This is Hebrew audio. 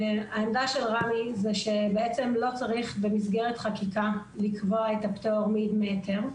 העמדה של רמ"י היא שבעצם לא צריך במסגרת חקיקה לקבוע את הפטור מהיתר.